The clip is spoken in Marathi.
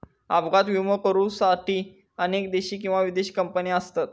अपघात विमो करुसाठी अनेक देशी किंवा विदेशी कंपने असत